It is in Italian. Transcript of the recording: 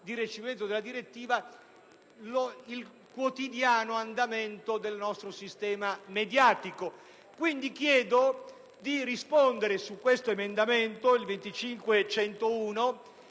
di recepimento della direttiva, il quotidiano andamento del nostro sistema mediatico. Chiedo quindi di rispondere su questo emendamento e prego